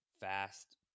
fast